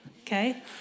okay